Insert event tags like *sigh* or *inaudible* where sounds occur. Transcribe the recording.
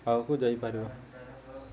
*unintelligible* କୁ ଯାଇପାରିବା